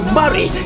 marry